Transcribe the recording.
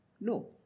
no